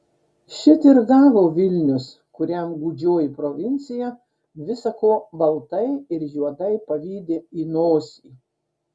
šit ir gavo vilnius kuriam gūdžioji provincija visa ko baltai ir juodai pavydi į nosį